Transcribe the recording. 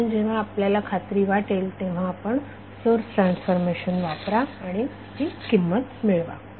आणि म्हणून जेव्हा आपल्याला खात्री वाटेल तेव्हा आपण सोर्स ट्रान्सफॉर्मेशन वापरा आणि किंमत मिळवा